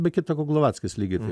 be kita ko glovackislygiai taip